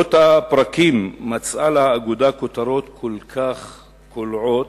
בכותרות הפרקים מצאה לה האגודה כותרות כל כך קולעות,